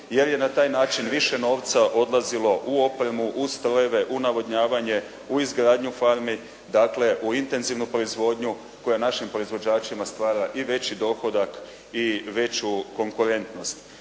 jer je na taj način više novca odlazilo u opremu, u strojeve, u navodnjavanje, u izgradnju farmi, dakle u intenzivnu proizvodnju koja našim proizvođačima stvara i veći dohodak i veću konkurentnost.